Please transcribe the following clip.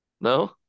No